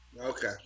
Okay